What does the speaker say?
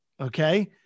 okay